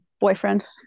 boyfriend